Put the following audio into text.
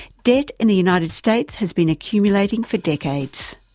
debt in the united states has been accumulating for decades.